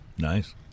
Nice